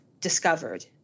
discovered